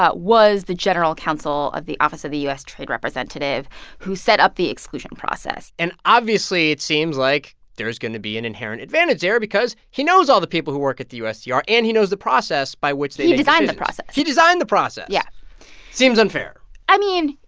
but was the general counsel of the office of the u s. trade representative who set up the exclusion process and obviously, it seems like there's going to be an inherent advantage there because he knows all the people who work at the ustr and he knows the process by which they. he designed the process he designed the process yeah seems seems unfair i mean,